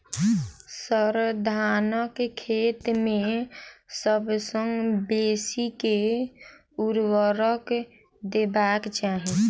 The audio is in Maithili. सर, धानक खेत मे सबसँ बेसी केँ ऊर्वरक देबाक चाहि